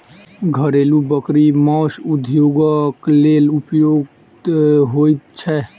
घरेलू बकरी मौस उद्योगक लेल उपयुक्त होइत छै